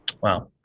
Wow